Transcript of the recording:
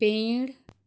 पेड़